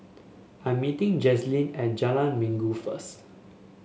I'm meeting Jazlene at Jalan Minggu first